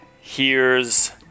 hears